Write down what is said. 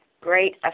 great